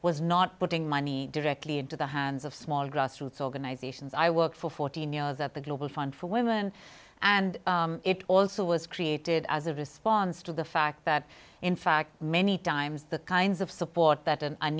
was not putting money directly into the hands of small grassroots organizations i work for fourteen years at the global fund for women and it also was created as a response to the fact that in fact many times the kinds of support that an